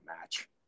match